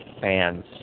fans